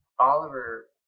Oliver